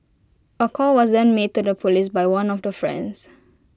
A call was then made to the Police by one of the friends